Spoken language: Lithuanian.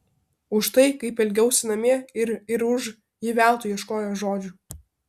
už tai kaip elgiausi namie ir ir už ji veltui ieškojo žodžių